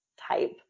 type